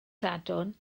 sadwrn